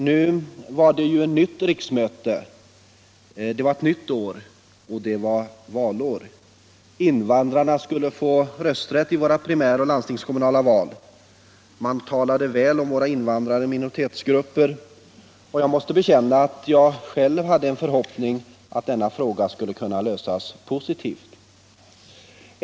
Nu var det ett nytt riksmöte, det var ett nytt år och det var valår. Invandrarna skulle få rösträtt i våra primäroch landstingskommunala val. Man talade väl om våra invandrade minoritetsgrupper, och jag måste bekänna att jag själv hade en förhoppning om att denna fråga skulle kunna lösas positivt.